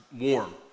warm